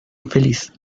infeliz